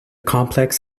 complex